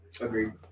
Agreed